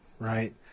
Right